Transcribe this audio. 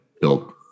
built